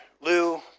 Lou